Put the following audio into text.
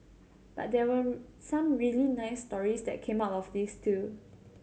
but there were some really nice stories that came out of this too